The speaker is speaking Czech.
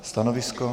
Stanovisko?